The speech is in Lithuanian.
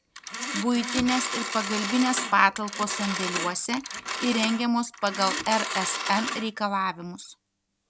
buitinės ir pagalbinės patalpos sandėliuose įrengiamos pagal rsn reikalavimus